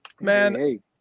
Man